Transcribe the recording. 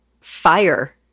fire